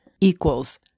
equals